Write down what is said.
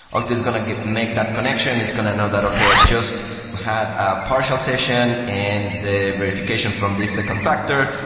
okta is going to make that connection. it's going to know that, okay. i just had a partial session and the verification from this second factor.